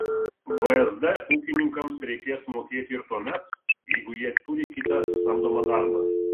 vsd ūkininkams reikės mokėti ir tuomet jeigu jie turi kitą samdomą darbą